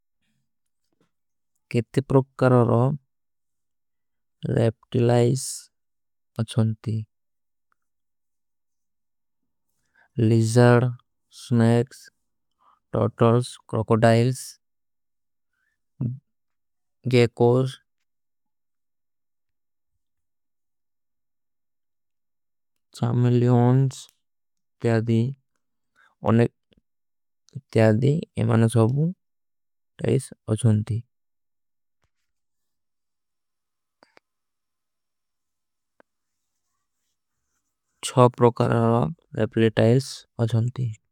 ଖେତୀ ପ୍ରୋକ୍କରର ରାପ୍ଟୀଲୈଶ ଆଜହନତୀ। Lizards, snakes, turtles, crocodiles, ଗେକୋର, ଚାମିଲିଯୋନ୍ସ ଯେ ମାନେ ସବୁ ତାଇସ ଆଜହନତୀ। ଛୋ ପ୍ରୋକରର ରାପ୍ତୀଲୈସ ଆଜହନ୍ତୀ।